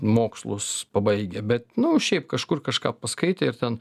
mokslus pabaigę bet nu šiaip kažkur kažką paskaitę ir ten